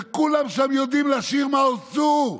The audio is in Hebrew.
כולם שם יודעים לשיר מעוז צור,